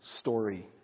story